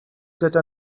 gyda